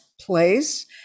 place